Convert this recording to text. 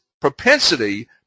propensity